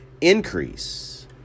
increase